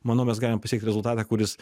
manau mes galim pasiekt rezultatą kuris